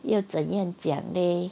要怎样讲 leh